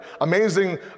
Amazing